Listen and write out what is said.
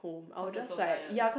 cause they're so tired